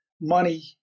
money